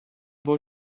wohl